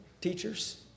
teachers